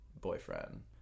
boyfriend